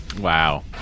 Wow